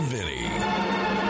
Vinny